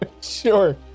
Sure